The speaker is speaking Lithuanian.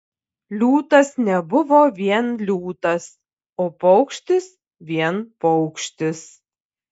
liūtas nebuvo vien liūtas o paukštis vien paukštis